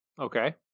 okay